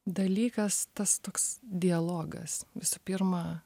dalykas tas toks dialogas visų pirma